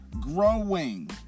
growing